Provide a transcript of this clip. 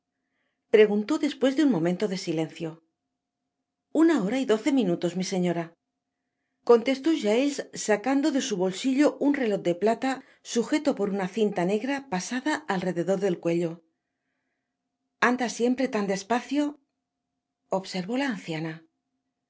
preguntó despues de un momento de silencio una hora y doce minutos mi señora contestó giles sacando de su bolsillo un reló de plata sujeto por una cinta negra pasada alrededor del cuello anda siempre tan despacio observó la anciana